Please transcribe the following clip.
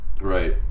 Right